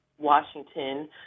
Washington